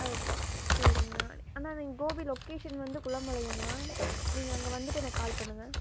சரிங்ண்ணா அண்ணா நீங்கள் கோபி லொக்கேஷன் வந்து குள்ளம்பாளையம் நீங்கள் அங்கே வந்துட்டு எனக்கு கால் பண்ணுங்க